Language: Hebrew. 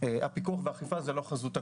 שהפיקוח והאכיפה זה לא חזות הכול.